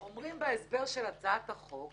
אומרים בהסבר של הצעת החוק